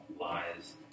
lies